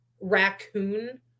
raccoon